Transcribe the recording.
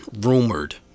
rumored